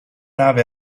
nave